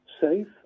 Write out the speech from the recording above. safe